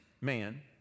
man